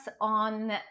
on